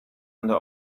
under